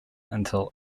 until